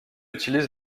utilisent